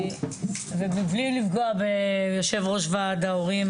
ובלי לפגוע ביושב ראש ועד ההורים,